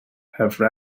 have